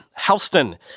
Halston